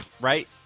right